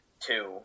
two